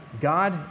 God